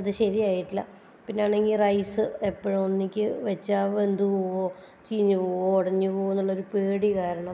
അത് ശരിയായിട്ടില്ല പിന്നെ ആണെങ്കിൽ റൈസ് എപ്പോഴും എനിക്ക് വെച്ചാൽ വെന്തുപോവോ ചീഞ്ഞ് പോവോ ഒടഞ്ഞു പോവോ എന്നുള്ള ഒരു പേടി കാരണം